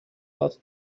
out